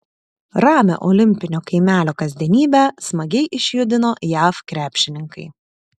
ramią olimpinio kaimelio kasdienybę smagiai išjudino jav krepšininkai